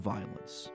Violence